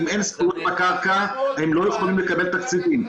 אם אין זכות על הקרקע הם לא יכולים לקבל תקציבים.